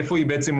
איפה היא מעוגנת?